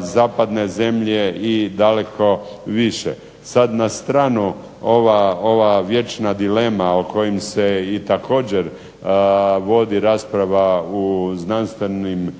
zapadne zemlje i daleko više. Sad na stranu ova vječna dilema o kojim se i također vodi rasprava u znanstvenim